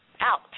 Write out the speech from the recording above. out